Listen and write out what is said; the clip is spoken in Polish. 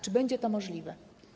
Czy będzie to możliwe?